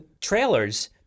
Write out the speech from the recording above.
trailers